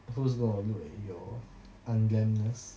who's going to look at your unglamorousness